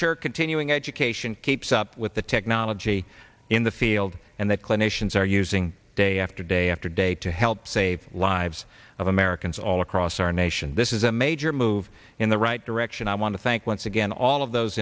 ensure continuing education keeps up with the technology in the field and that clinicians are using day after day after day to help save lives of americans all across our nation this is a major move in the right direction i want to thank once again all of those